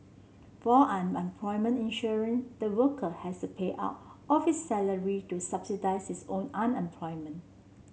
for unemployment insurance the worker has to pay out of his salary to subsidise his own unemployment